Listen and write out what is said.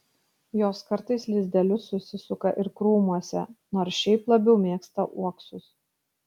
jos kartais lizdelius susisuka ir krūmuose nors šiaip labiau mėgsta uoksus